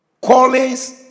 callings